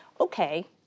okay